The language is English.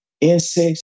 insects